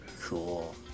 Cool